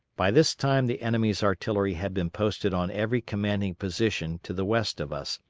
by this time the enemy's artillery had been posted on every commanding position to the west of us,